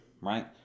right